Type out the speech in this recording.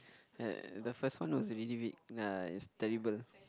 uh the first one was really really uh is terrible